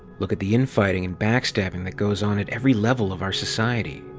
look at the infighting and backstabbing that goes on at every level of our society.